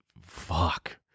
fuck